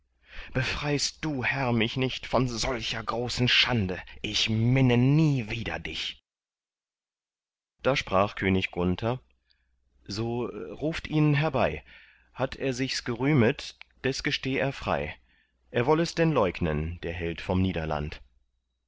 befreist du herr mich nicht solcher großen schande ich minne nie wieder dich da sprach könig gunther so ruft ihn herbei hat er sichs gerühmet das gesteh er frei er woll es denn leugnen der held vom niederland